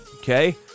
Okay